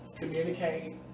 communicate